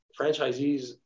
franchisees